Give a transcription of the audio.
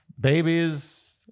babies